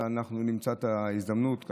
אבל אנחנו נמצא את ההזדמנות.